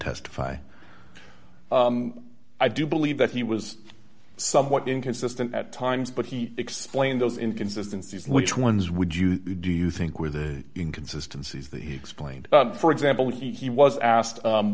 testify i do believe that he was somewhat inconsistent at times but he explained those inconsistency which ones would you do you think were the inconsistency is the explained for example he was asked